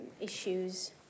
issues